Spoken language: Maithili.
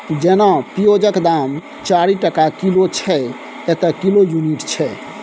जेना पिओजक दाम चारि टका किलो छै एतय किलो युनिट छै